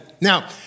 Now